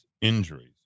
injuries